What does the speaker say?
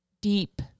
deep